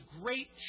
great